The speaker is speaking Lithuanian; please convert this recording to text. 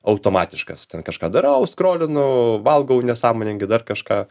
automatiškas ten kažką darau skolinu valgau nesąmoningai dar kažką